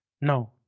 No